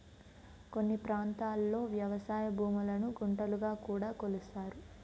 కొన్ని ప్రాంతాల్లో వ్యవసాయ భూములను గుంటలుగా కూడా కొలుస్తారు